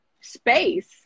space